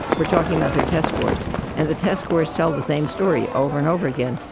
we're talking about their test scores and the test scores tell the same story over and over again.